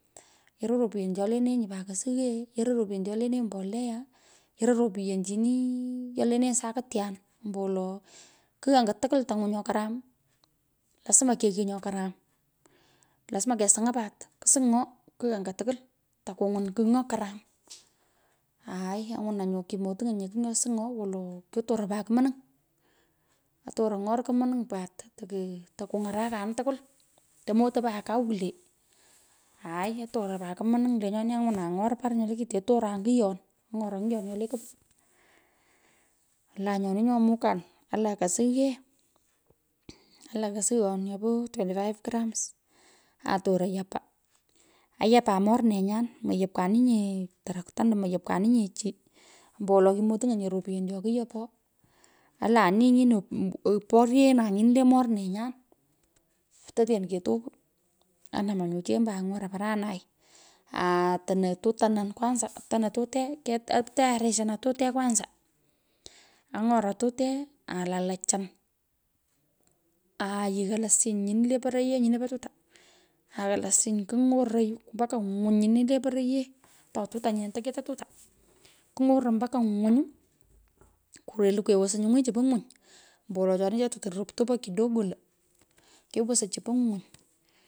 Yoroi, ropyen cho elenenyi pat kosuwee yoroi ropyen cho elenenyi, mbolea, yoroi, ropyen chinii yolenenyi. Sakityan wolo kigh anga tukwol tangwon nyo karam lasma keichu nyo karam, lasma kesung'a pat, kusung'oo takungwun kigh nyo karam. Aai angwunan nyu, kimoting’enye kigh nyo sung’oo kyotoron pat kumonung, atoron ny’or kumnung pat take takung’arakanin tukwul, tomotopanye kuw kwulee, aaii atoron pat komnuny lenyoni, angwana ny’or par nyo le kitee atoran ngiyon nyole kepich, ola nyoni, nyo mukan alan kusughee, alan kusughon nyopo twenty five grams atoron yapaa, ayapan morenyan, mayopkanin nye tarakta ando mayapkanini nye chi, ombowolo kimotingenye ropyen cho kuyopo, alan an nyino, oporyeenan nyini le mornenyan, to ten kotokwu, anaman nyu chembo ang’oran paranai, atonon, atutunan kwanza, atonon tutee. atayarishunan tutee kwanza, anyoran tutee alan lo chun, aa yian losiny nyini le poroyee nyino po tutaa aghan losiny, kung’oroi mbaka ngwinyi nyini le poroyoe to tutaa nyino tereto tutaa, kung’oroi mbaka ngwiny kurelu, kewosu nyungwi chu po nywing ombo wolo choni. Che totiny rotuba kidlogo lo, kewosoi chu ngwiny.